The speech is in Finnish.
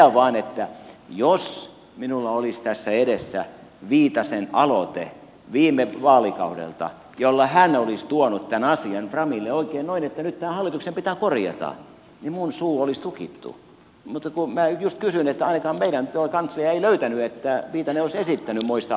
totean vain että jos minulla olisi tässä edessäni viitasen aloite viime vaalikaudelta jolla hän olisi tuonut tämän asian framille oikein noin että nyt hallituksen pitää tämä korjata niin minun suuni olisi tukittu mutta kun minä just kysyin ja ainakaan meidän tuo kanslia ei löytänyt että viitanen olisi esittänyt moista aloitetta